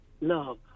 love